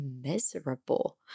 miserable